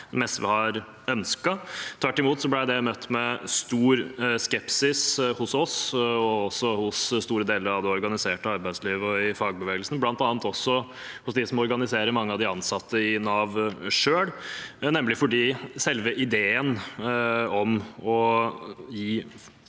eller som SV har ønsket. Tvert imot ble det møtt med stor skepsis hos oss, i store deler av det organiserte arbeidslivet og i fagbevegelsen, bl.a. også hos dem som organiserer mange av de ansatte i Nav selv. For selve ideen om å gi